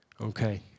Okay